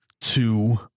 two